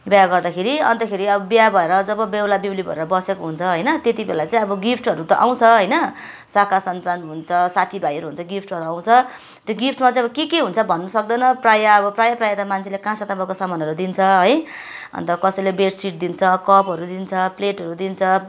बिहा गर्दाखेरि अन्तखेरि अब बिहा भएर जब बेहुला बेहुली भएर बसेको हुन्छ होइन त्यति बेला चाहिँ अब गिफ्टहरू त आउँछ होइन शाखा सन्तान हुन्छ साथीभाइहरू हुन्छ गिफ्टहरू आउँछ त्यो गिफ्टमा चाहिँ अब के के हुन्छ अब भन्नु सक्दैन प्रायः अब प्रायः प्रायः त मान्छेले कासा तामाको सामानहरू दिन्छ है अन्त कसैले बेडसिट दिन्छ कपहरू दिन्छ प्लेटहरू दिन्छ